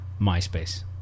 MySpace